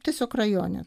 tiesiog rajone